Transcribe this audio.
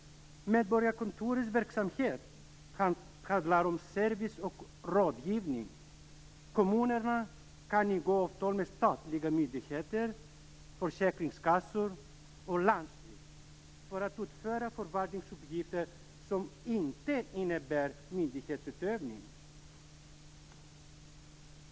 Medborgarkontorens verksamhet handlar om service och rådgivning. Kommunerna kan ingå avtal med statliga myndigheter, försäkringskassor och landsting om att utföra förvaltningsuppgifter som inte innebär myndighetsutövning.